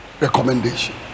Recommendation